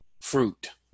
fruit